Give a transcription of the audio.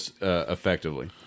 effectively